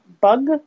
bug